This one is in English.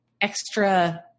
extra